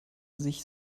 sich